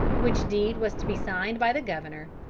which deed was to be signed by the governor,